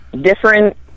different